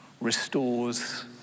restores